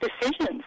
decisions